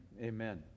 Amen